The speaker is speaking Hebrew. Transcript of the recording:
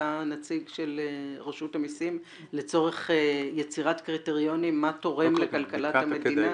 אתה נציג של רשות המסים לצורך יצירת קריטריונים מה תורם לכלכלת המדינה?